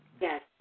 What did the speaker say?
Yes